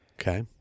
Okay